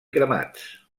cremats